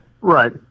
Right